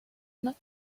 not